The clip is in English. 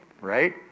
right